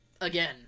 Again